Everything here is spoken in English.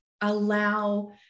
allow